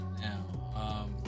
now